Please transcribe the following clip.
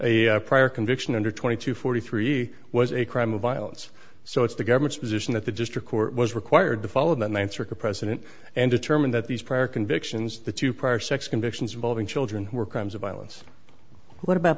a prior conviction under twenty two forty three was a crime of violence so it's the government's position that the district court was required to follow the ninth circuit president and determine that these prior convictions the two parsecs convictions involving children who were crimes of violence what about